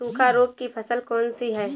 सूखा रोग की फसल कौन सी है?